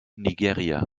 nigeria